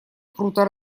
круто